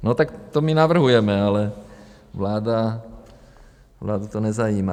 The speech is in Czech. No tak to my navrhujeme, ale vládu to nezajímá.